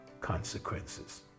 consequences